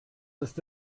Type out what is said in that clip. ist